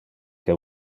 que